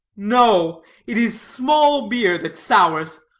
no it is small beer that sours.